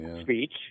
speech